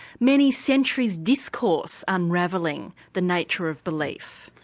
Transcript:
many-centuries discourse unravelling the nature of belief.